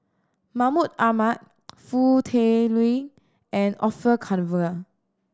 Mahmud Ahmad Foo Tui Liew and Orfeur Cavenagh